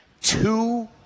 two